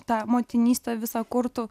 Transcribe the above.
tą motinystę visą kurtų